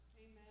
Amen